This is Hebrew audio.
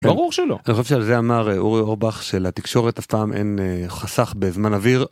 ברור שלא, אני חושב שעל זה אמר אורי אורבך שלתקשורת אף פעם אין חסך בזמן אוויר.